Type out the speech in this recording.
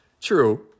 true